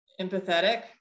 empathetic